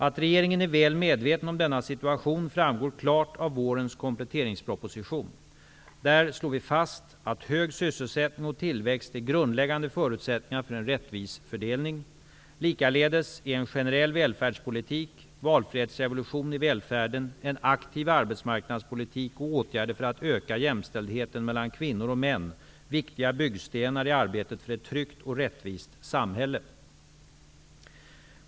Att regeringen är väl medveten om denna situation framgår klart av vårens kompletteringsproposition. Där slår vi fast att ''hög sysselsättning och tillväxt är grundläggande förutsättningar för en rättvis fördelning. Likaledes är en generell välfärdspolitik, valfrihetsrevolution i välfärden, en aktiv arbetsmarknadspolitik och åtgärder för att öka jämställdheten mellan kvinnor och män viktiga byggstenar i arbetet för ett tryggt och rättvist samhälle.''